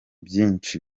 byinshi